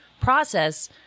process